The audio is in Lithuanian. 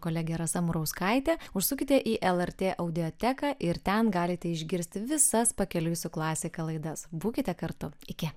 kolegė rasa murauskaitė užsukite į lrt audioteką ir ten galite išgirsti visas pakeliui su klasika laidas būkite kartu iki